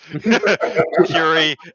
Curie